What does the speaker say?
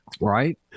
right